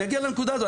אני אגיע לנקודה הזו,